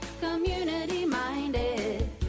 community-minded